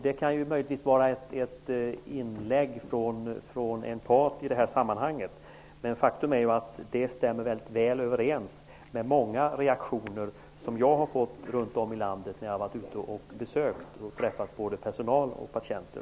Det kan möjligtvis vara ett inlägg från en part i sammanhanget, men faktum är att det stämmer väl överens med många reaktioner som jag fått runt om i landet från både personal och patienter.